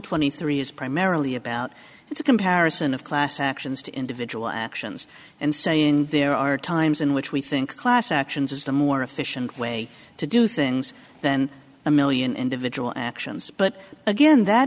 twenty three is primarily about it's a comparison of class actions to individual actions and saying there are times in which we think class actions is the more efficient way to do things then a million individual actions but again that